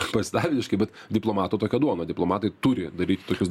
pasidavėliškai bet diplomato tokia duona diplomatai turi daryti tokius